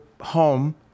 home